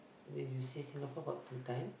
then you say Singapore got two time